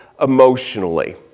emotionally